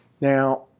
Now